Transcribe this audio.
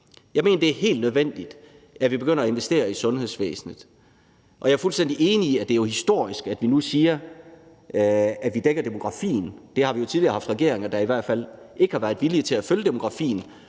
Jeg mener, det er helt nødvendigt, at vi begynder at investere i sundhedsvæsenet, og jeg er fuldstændig enig i, at det jo er historisk, at vi nu siger, at vi dækker demografien. Det har vi tidligere haft regeringer der i hvert fald ikke har været villige til. Vi har bl.a.